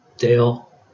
Dale